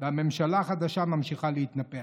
והממשלה החדשה ממשיכה להתנפח.